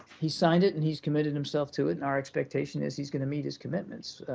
he signed it and he's committed himself to it, and our expectation is he's going to meet his commitments.